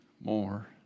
more